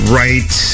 right